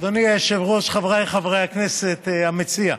אדוני היושב-ראש, חבריי חברי הכנסת, המציע,